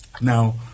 Now